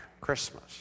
Christmas